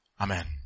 Amen